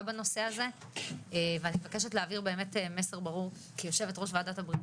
בנושא הזה ואני מבקשת להעביר מסר ברור כיו"ר ועדת הבריאות